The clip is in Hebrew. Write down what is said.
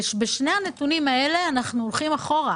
בשני הנושאים הללו אנחנו נסוגים לאחור.